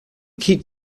keep